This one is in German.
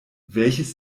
welches